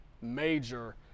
major